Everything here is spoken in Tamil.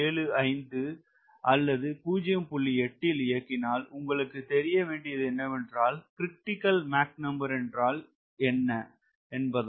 8 ல் இயக்கினால் உங்களுக்கு தெரியவேண்டியது என்னவென்றால்க்ரிட்டிக்கல் மாக் நம்பர் என்றால் என்ன என்பதாகும்